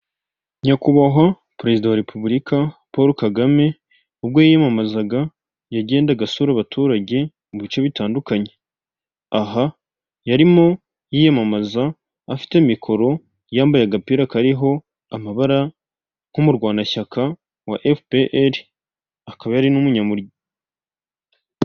Nyakubahwa Perezida wa wa Repubulika Paul Kagame, ubwo yiyamamazaga yagendaga asura abaturage mu bice bitandukanye, aha yarimo yiyamamaza afite mikoro, yambaye agapira kariho amabara nk'umurwanashyaka wa FPR akaba ari n'umunyamuryango.